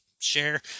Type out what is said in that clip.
Share